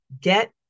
Get